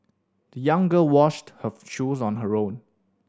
the young girl washed her shoes on her own